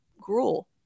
gruel